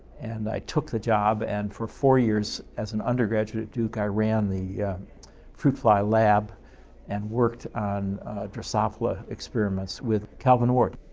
and, i took the job and for four years as an undergraduate at duke i ran the fruit fly lab and worked on drosophila experiments with calvin ward.